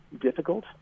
difficult